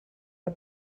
per